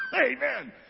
Amen